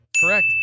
Correct